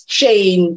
chain